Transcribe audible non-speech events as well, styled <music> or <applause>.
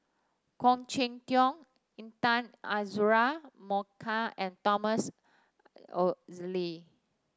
Khoo Cheng Tiong Intan Azura Mokhtar and Thomas <unintelligible>